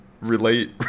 Relate